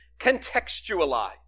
contextualize